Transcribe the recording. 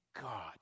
God